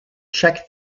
chaque